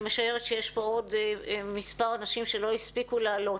משערת שיש פה עוד מספר אנשים שלא הספיקו לעלות.